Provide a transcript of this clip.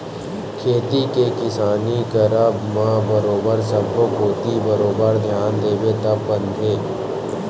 खेती किसानी के करब म बरोबर सब्बो कोती बरोबर धियान देबे तब बनथे